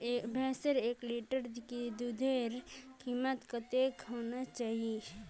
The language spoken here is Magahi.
भैंसेर एक लीटर दूधेर कीमत कतेक होना चही?